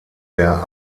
der